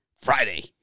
Friday